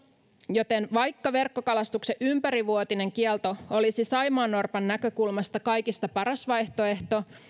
joten vaikka verkkokalastuksen ympärivuotinen kielto olisi saimaannorpan näkökulmasta kaikista paras vaihtoehto